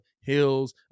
Hills